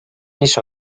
mis